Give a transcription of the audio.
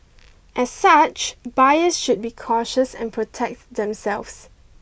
as such buyers should be cautious and protect themselves